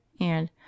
and—